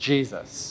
Jesus